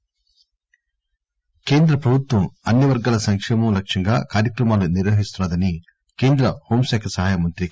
కిషస్ రెడ్లి కేంద్ర ప్రభుత్వం అన్ని వర్గాల సంకేమం లక్ష్యంగా కార్యక్రమాలు నిర్వహిస్తుందని కేంద్ర హోం శాఖ సహాయయ మంత్రి జి